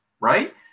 Right